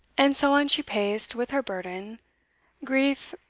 and so on she paced with her burden grief,